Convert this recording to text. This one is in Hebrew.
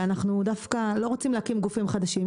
אנחנו דווקא לא רוצים להקים גופים חדשים.